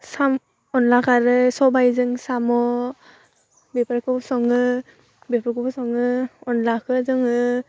अनला खारै सबाइजों साम' बेफोरखौ सङो बेफोरखौबो सङो अनलाखो जोङो